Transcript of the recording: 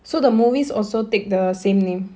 so the movies also take the same name